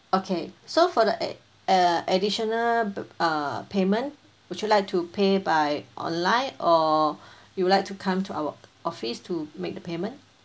okay so for the a uh additional b~ uh payment would you like to pay by online or you would like to come to our office to make the payment